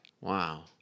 Wow